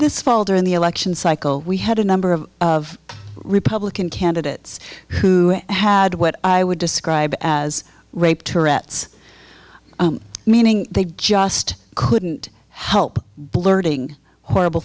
this fall during the election cycle we had a number of republican candidates who had what i would describe as rape tourette's meaning they just couldn't help blurting horrible